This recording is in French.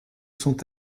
sont